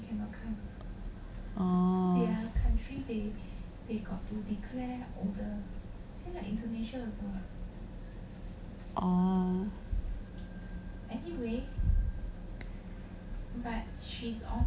oh oh